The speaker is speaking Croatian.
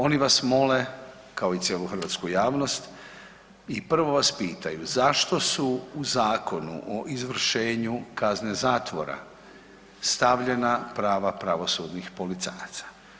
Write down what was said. Oni vas mole kao i cijelu hrvatsku javnost i prvo vas pitaju zašto su u Zakonu o izvršenju kazne zatvora stavljena prava pravosudnih policajaca?